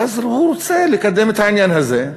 ואז, הוא רוצה לקדם את העניין הזה.